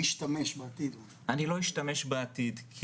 אני לא אשתמש בעתיד.